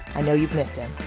i know you've missed him.